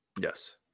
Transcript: Yes